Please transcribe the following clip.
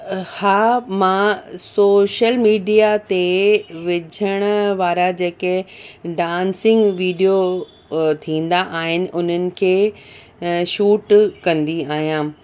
हा मां social media ते विझणु वारा जेके डांसिंग वीडियो थींदा आहिनि उन्हनि खे शूट कंदी आहियां